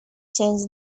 change